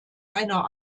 einer